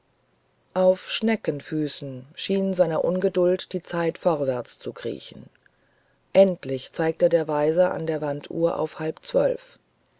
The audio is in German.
auf schneckenfüßen schien seiner ungeduld die zeit vorwärts zu kriechen endlich zeigte der weiser an der wanduhr auf halb zwölf